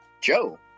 Joe